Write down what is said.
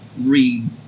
read